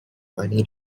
money